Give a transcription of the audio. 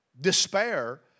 despair